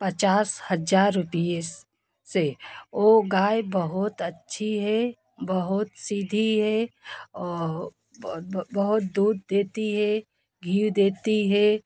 पचास हज़ार रुपये से वो गाय बहुत अच्छी है बहुत सीधी है और बहुत दूध देती है घी देती है